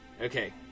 Okay